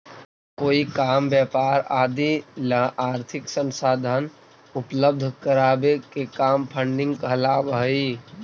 कोई काम व्यापार आदि ला आर्थिक संसाधन उपलब्ध करावे के काम फंडिंग कहलावऽ हई